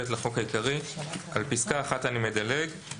לחוק העיקרי - על פסקה (1) אני מדלג.